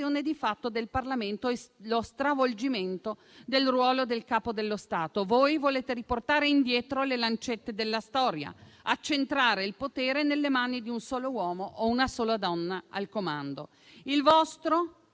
di fatto del Parlamento e lo stravolgimento del ruolo del Capo dello Stato. Voi volete riportare indietro le lancette della storia e accentrare il potere nelle mani di un solo uomo o di una sola donna al comando. Il vostro